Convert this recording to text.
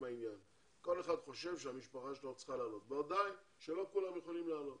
כל אחד חושב שהמשפחה שלא צריכה לעלות ועדיין לא כולם יכולים לעלות